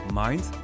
mind